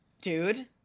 dude